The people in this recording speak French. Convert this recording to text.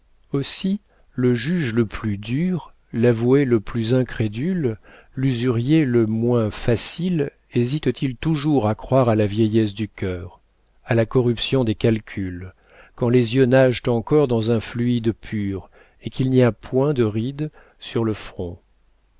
aussi le juge le plus dur l'avoué le plus incrédule l'usurier le moins facile hésitent ils toujours à croire à la vieillesse du cœur à la corruption des calculs quand les yeux nagent encore dans un fluide pur et qu'il n'y a point de rides sur le front